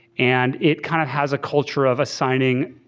and it kind of has a culture of assigning